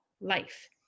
life